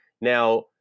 Now